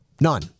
none